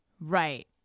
Right